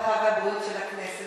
הרווחה והבריאות של הכנסת,